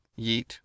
Yeet